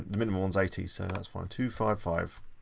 the minimal one's eighty, so that's fine. two five five.